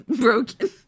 broken